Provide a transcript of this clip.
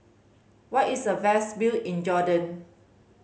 where is the best view in Jordan